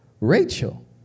Rachel